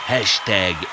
Hashtag